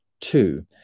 two